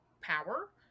power